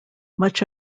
much